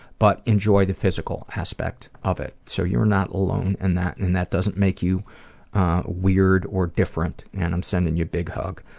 but enjoy the physical aspect of it, so you're not alone in that and that doesn't make you weird or different and i'm sending you a big hug.